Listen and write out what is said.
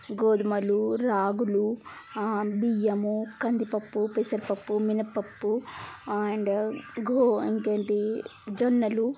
గోధుమలు రాగులు బియ్యము కందిపప్పు పెసరపప్పు మినపప్పు అండ్ గో ఇంకేంటి జొన్నలు